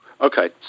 Okay